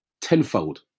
tenfold